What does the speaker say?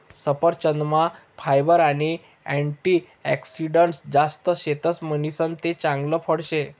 सफरचंदमा फायबर आणि अँटीऑक्सिडंटस जास्त शेतस म्हणीसन ते चांगल फळ शे